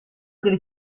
delle